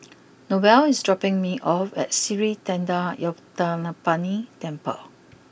Noel is dropping me off at Sri Thendayuthapani Temple